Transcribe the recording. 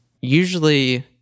usually